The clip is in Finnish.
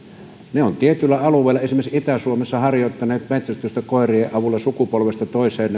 perheet ovat tietyllä alueella esimerkiksi itä suomessa harjoittaneet metsästystä koirien avulla sukupolvesta toiseen